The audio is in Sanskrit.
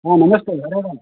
आ नमस्ते हरे राम्